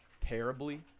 terribly